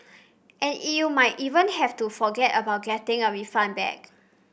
and you might even have to forget about getting a refund back